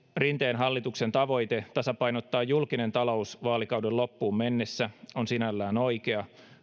rinteen hallituksen tavoite tasapainottaa julkinen talous vaalikauden loppuun mennessä on sinällään oikea